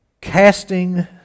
Casting